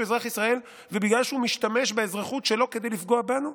אזרח ישראל ובגלל שהוא משתמש באזרחות שלו כדי לפגוע בנו?